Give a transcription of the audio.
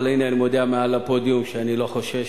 אבל הנה, אני מודיע מעל הפודיום שאני לא חושש.